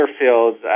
fields